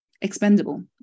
expendable